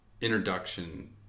introduction